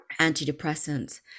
antidepressants